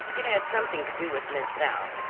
it had something to do with miss south.